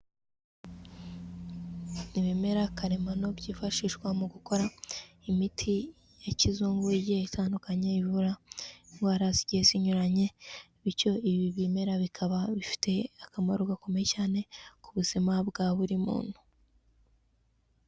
Ibimera karemano byifashishwa mu gukora imiti ya kizungu igiye itandukanye ivura indwara zigiye zinyuranye, bityo ibi bimera bikaba bifitiye akamaro gakomeye cyane ku buzima bwa buri muntu.